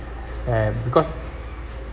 and because